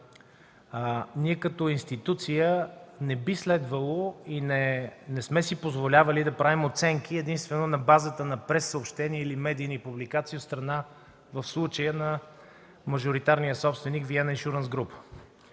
Ние като институция не би следвало, и не сме си позволявали, да правим оценки единствено на базата на прессъобщения или медийни публикации, в случая от страна на мажоритарния собственик „Виена Иншурънс Груп”.